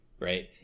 Right